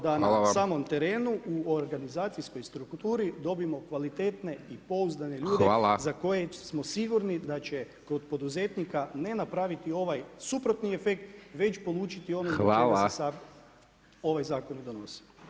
Da na samom terenu, u organizacijskoj strukturi dobimo kvalitetne i pouzdane ljude za koje smo sigurni, da će kroz poduzetnika, ne napraviti ovaj suprotni efekt, već polučiti ono zbog čega se sav ovaj zakon donosi.